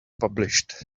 published